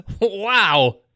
Wow